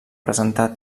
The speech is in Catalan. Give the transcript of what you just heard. presentar